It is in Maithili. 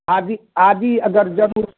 आदि आदि अगर जरूर